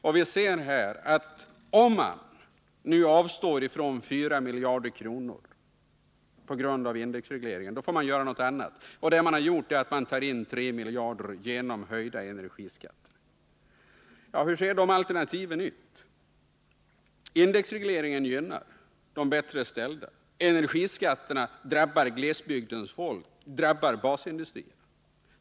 Om man avstår från 4 miljarder på grund av indexregleringen får man göra någonting annat i stället, och det som har gjorts är att ta in 3 miljarder genom höjda energiskatter. Hur ser då alternativen ut? Indexregleringen gynnar de bättre ställda. Energiskatterna drabbar glesbygdens folk, drabbar basindustrierna.